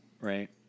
Right